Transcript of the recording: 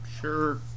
Sure